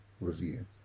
review